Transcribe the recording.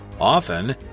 Often